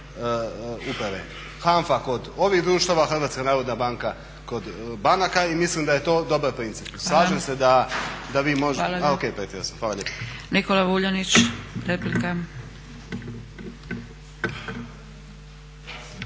uprave. HANFA kod ovih društava, Hrvatska narodna banka kod banaka i mislim da je to dobar princip. Slažem se da vi možete … …/Upadica: Hvala